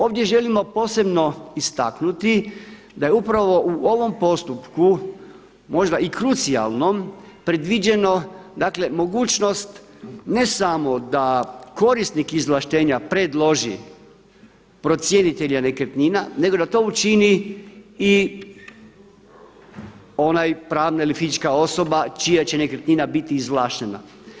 Ovdje želimo posebno istaknuti da je upravo u ovom postupku možda i krucijalnom predviđeno, dakle mogućnost ne samo da korisnik izvlaštenja predloži procjenitelja nekretnina nego da to učini i onaj pravna ili fizička osoba čija će nekretnina biti izvlaštena.